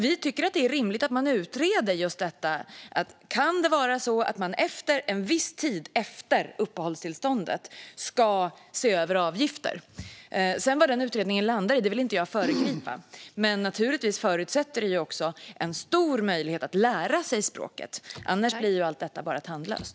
Vi tycker att det är rimligt att utreda om det en viss tid efter det att uppehållstillstånd har erhållits ska införas avgifter. Vad utredningen landar i vill jag inte föregripa. Men naturligtvis förutsätter detta också en stor möjlighet att lära sig språket. Annars blir allt tandlöst.